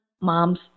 mom's